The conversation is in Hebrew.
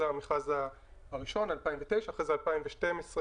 אז היה המכרז הראשון ב-2009 ואז ב-2012,